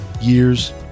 years